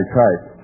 type